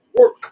work